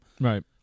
right